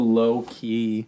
low-key